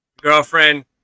girlfriend